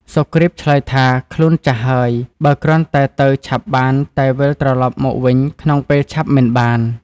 សុគ្រីពឆ្លើយថា ខ្លួនចាស់ហើយ បើគ្រាន់តែទៅឆាប់បាន តែវិលត្រឡប់មកវិញក្នុងពេលឆាប់មិនបាន។